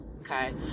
okay